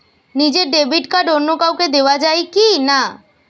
নিজের debit card অন্য কাউকে দেওয়া যায় কি না?